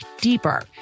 deeper